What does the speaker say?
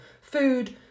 food